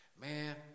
Man